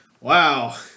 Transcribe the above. Wow